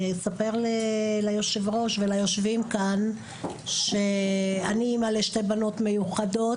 אני אספר ליושב-ראש וליושבים כאן שאני אימא לשתי בנות מיוחדות.